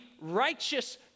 righteous